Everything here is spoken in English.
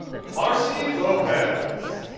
marcy lopez.